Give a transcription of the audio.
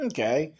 Okay